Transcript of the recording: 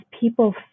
people